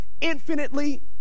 infinitely